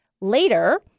later